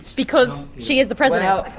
because she is the president. yeah,